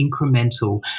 incremental